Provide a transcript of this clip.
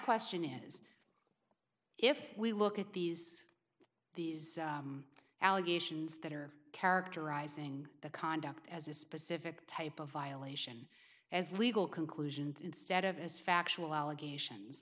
question is if we look at these these allegations that are characterizing the conduct as a specific type of violation as legal conclusions instead of as factual allegations